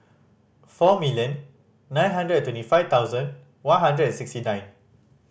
four million nine hundred and twenty five thousand one hundred and sixty nine